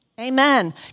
Amen